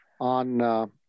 on